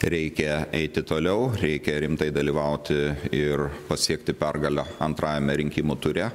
reikia eiti toliau reikia rimtai dalyvauti ir pasiekti pergalę antrajame rinkimų ture